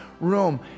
room